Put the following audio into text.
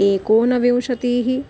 एकोनविंशतिः